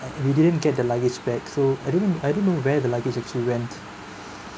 we didn't get the luggage back so I didn't I don't know where the luggage actually went